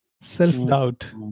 self-doubt